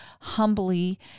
humbly